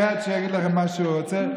כשאני ארד, שיגיד לכם מה שהוא רוצה.